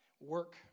Work